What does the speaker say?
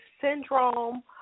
syndrome